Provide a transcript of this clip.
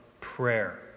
prayer